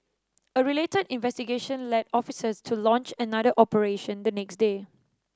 a related investigation led officers to launch another operation the next day